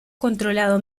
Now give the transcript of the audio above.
controlado